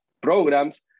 programs